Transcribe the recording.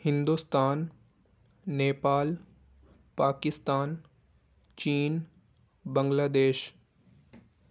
ہندوستان نیپال پاکستان چین بنگلہ دیش